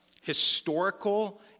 historical